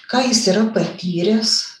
ką jis yra patyręs